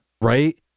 Right